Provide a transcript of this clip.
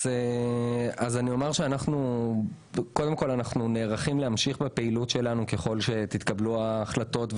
אנחנו נערכים להמשיך בפעילות שלנו ככל שיתקבלו ההחלטות.